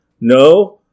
No